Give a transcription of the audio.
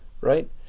right